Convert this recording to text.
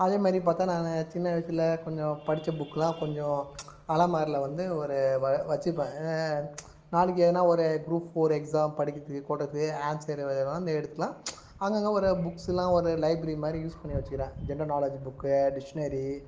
அதே மாரி பார்த்தா நான் சின்ன வயசில் கொஞ்சம் படித்த புக்கெல்லாம் கொஞ்சம் அலமாரியில் வந்து ஒரு வ வைச்சிப்பேன் நாளைக்கு எதுனா ஒரு குரூப் ஃபோர் எக்ஸாம் படிக்கிறதுக்கு கொள்றதுக்கு ஆன்சரு வந்து எடுத்துக்கலாம் அங்கங்கே ஒரு புக்ஸுல்லாம் ஒரு லைப்ரரி மாதிரி யூஸ் பண்ணி வச்சுக்கிறேன் ஜென்ரல் நாலேஜு புக்கு டிஷ்னரி